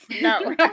no